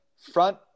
front